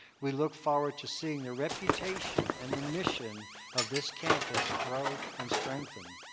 we look forward to seeing the reputation and the mission of this campus grow and strengthen.